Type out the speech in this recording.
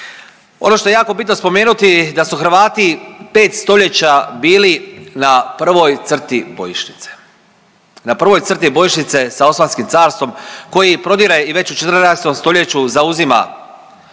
Ono što je jako bitno spomenuti da su Hrvati 5 stoljeća bili na prvoj crti bojišnice, na prvoj crti bojišnice sa Osmanskim Carstvom koji prodire i već u 14. stoljeću zauzima određene